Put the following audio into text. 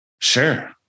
Sure